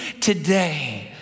today